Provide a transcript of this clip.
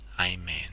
Amen